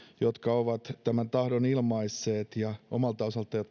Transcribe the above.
jotka ovat tämän tahdon ilmaisseet ja omalta osaltaan